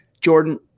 Jordan